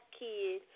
kid